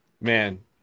Man